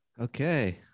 Okay